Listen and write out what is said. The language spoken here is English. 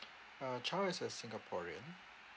uh child is a singaporean